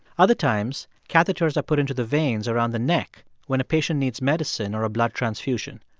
other times, catheters are put into the veins around the neck when a patient needs medicine or a blood transfusion.